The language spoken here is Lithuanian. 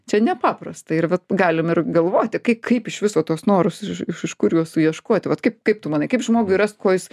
čia nepaprasta ir vat galim ir galvoti kai kaip iš viso tuos norus iš iš kur juos suieškoti vat kaip kaip tu manai kaip žmogui rast ko jis